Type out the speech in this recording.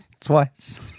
twice